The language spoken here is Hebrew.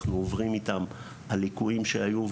אנחנו עוברים איתם על ליקויים שהיו,